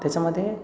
त्याच्यामध्ये